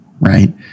Right